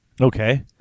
Okay